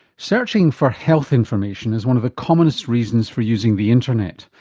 searching for health information is one of the commonest reasons for using the internet,